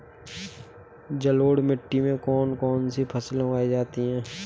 जलोढ़ मिट्टी में कौन कौन सी फसलें उगाई जाती हैं?